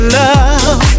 love